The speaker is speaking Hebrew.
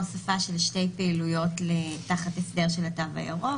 הוספה של שתי פעילויות תחת הסדר התו הירוק.